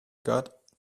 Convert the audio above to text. got